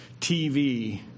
TV